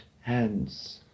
hands